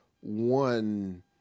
one